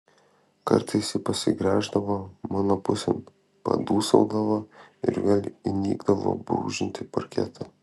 kartais ji pasigręždavo mano pusėn padūsaudavo ir vėl įnikdavo brūžinti parketą